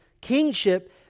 kingship